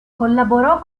collaborò